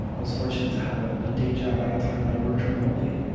i was fortunate to have a ah day job at the time that i worked remotely,